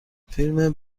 فیلم